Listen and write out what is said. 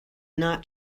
not